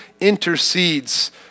intercedes